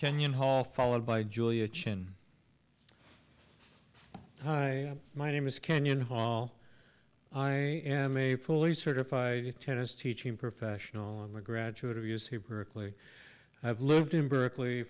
kenyon hall followed by julia chin hi my name is kenyon hall i am a fully certified tennis teaching professional i'm a graduate of u c berkeley i've lived in berkeley